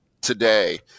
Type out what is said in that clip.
today